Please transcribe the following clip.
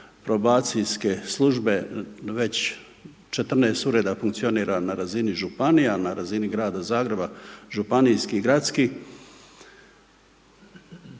probacijske službe već 14 ureda funkcionira na razini županija, na razini grada Zagreba, županijskih i gradskih.